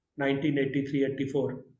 1983-84